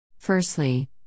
Firstly